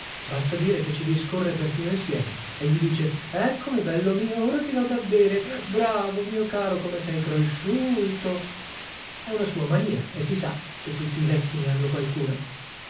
basta dire che ci discorre perfino insieme e gli dice eccomi bello mio ora ti dò da bere bravo mio caro come sei cresciuto è una sua mania e si sa che tutti i vecchi ne hanno qualcuna